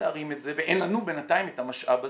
להרים את זה ואין לנו בינתיים את המשאב הזה,